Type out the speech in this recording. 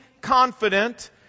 confident